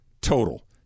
total